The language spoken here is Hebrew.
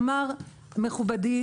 אמר מכובדי,